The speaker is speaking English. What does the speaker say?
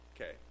Okay